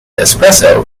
espresso